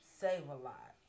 Save-A-Lot